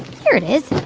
here it is.